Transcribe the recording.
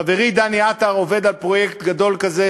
חברי דני עטר עובד על פרויקט גדול כזה